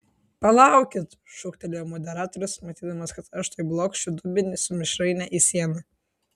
palaukit šūktelėjo moderatorius matydamas kad aš tuoj blokšiu dubenį su mišraine į sieną